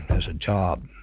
as a job?